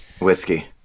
whiskey